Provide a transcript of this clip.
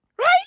Right